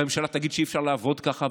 והממשלה תגיד שאי-אפשר לעבוד ככה,